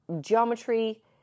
geometry